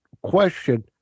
question